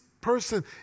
person